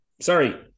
Sorry